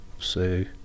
say